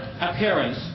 appearance